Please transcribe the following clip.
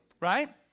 right